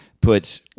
puts